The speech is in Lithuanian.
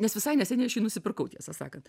nes visai neseniai aš jį nusipirkau tiesą sakant